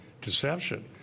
deception